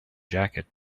jacket